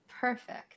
perfect